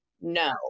No